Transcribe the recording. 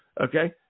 okay